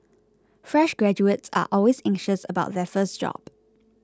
fresh graduates are always anxious about their first job